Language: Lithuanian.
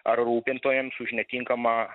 ar rūpintojams už netinkamą